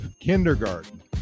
kindergarten